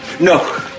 No